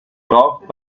braucht